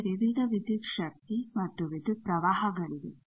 ನಮ್ಮಲ್ಲಿ ವಿವಿಧ ವಿದ್ಯುತ್ ಶಕ್ತಿ ಮತ್ತು ವಿದ್ಯುತ್ ಪ್ರವಾಹಗಳಿವೆ